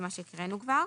זה מה שהקראנו כבר.